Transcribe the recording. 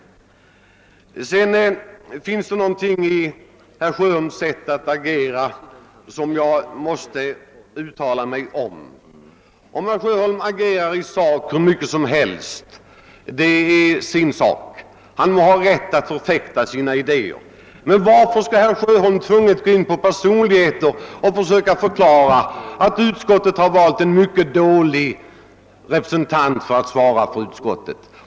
Sedan vill jag säga ett par ord om herr Sjöholms sätt att agera. Herr Sjöholm må argumentera hur mycket som helst i sakfrågan — han har rätt att förfäkta sina idéer. Men varför skall herr Sjöholm nödvändigtvis gå in på person och göra gällande att utskottet utsett en mycket dålig representant att föra dess talan?